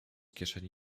kieszeni